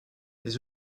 les